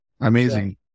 amazing